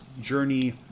journey